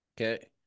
okay